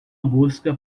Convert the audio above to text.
busca